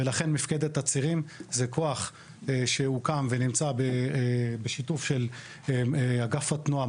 ולכן "מפקדת הצירים" זה כוח שהוקם ונמצא בשיתוף של אגף התנועה,